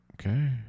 okay